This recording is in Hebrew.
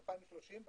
2030,